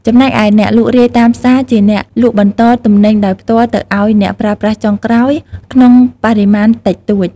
ចំណែកឯអ្នកលក់រាយតាមផ្សារ ជាអ្នក លក់បន្ត ទំនិញដោយផ្ទាល់ទៅឱ្យ អ្នកប្រើប្រាស់ចុងក្រោយ ក្នុងបរិមាណតិចតួច។